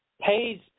pays